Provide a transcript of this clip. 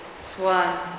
swan